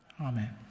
Amen